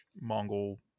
Mongol